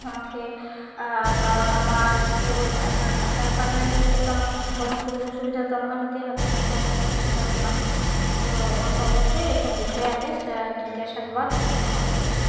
আমাকে কারণ আমার তো অ্যাপ একটা অ্যাপার্টমেন্টে গেলে তো আমাকে সব রকম সুযোগ সুবিধা তো আমাকে নিতেই হবে তাছাড়া তো আমি থাকতে পারবো না তো আমাকে অবশ্যই এইসব বিষয়ে আগে জিজ্ঞাসাবাদ করতে হবে